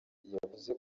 yavuze